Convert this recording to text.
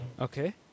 Okay